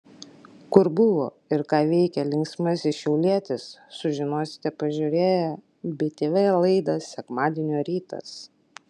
kur buvo ir ką veikė linksmasis šiaulietis sužinosite pasižiūrėję btv laidą sekmadienio rytas